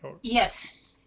yes